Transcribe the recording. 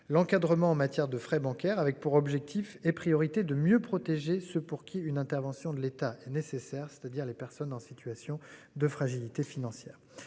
L'encadrement en matière de frais bancaires avec pour objectifs et priorités de mieux protéger ceux pour qui une intervention de l'État. Nécessaire, c'est-à-dire les personnes en situation de fragilité financière.